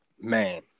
Man